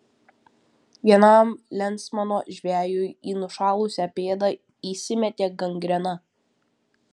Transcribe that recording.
vienam lensmano žvejui į nušalusią pėdą įsimetė gangrena